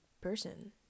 person